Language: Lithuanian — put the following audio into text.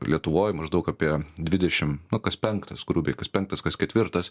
lietuvoj maždaug apie dvidešim nu kas penktas grubiai kas penktas kas ketvirtas